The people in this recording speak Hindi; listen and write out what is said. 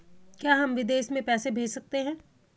क्या हम विदेश में पैसे भेज सकते हैं?